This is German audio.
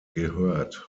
gehört